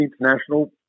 international